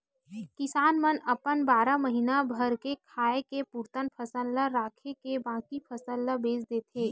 किसान मन अपन बारा महीना भर के खाए के पुरतन फसल ल राखके बाकी फसल ल बेच देथे